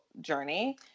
journey